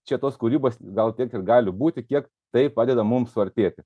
čia tos kūrybos gal tiek ir gali būti kiek tai padeda mums suartėti